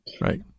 Right